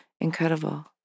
Incredible